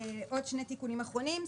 עוד שני תיקונים אחרונים,